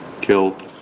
killed